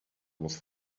was